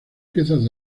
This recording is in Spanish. piezas